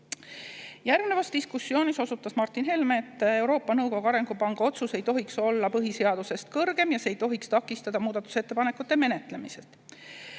Järgnevas diskussioonis osutas Martin Helme, et Euroopa Nõukogu Arengupanga otsus ei tohiks olla põhiseadusest kõrgem ja see ei tohiks takistada muudatusettepanekute menetlemist.